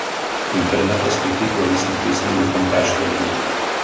interneto skaityklą jis neteisingai kompiaške vadina